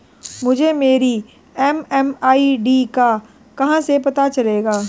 मुझे मेरी एम.एम.आई.डी का कहाँ से पता चलेगा?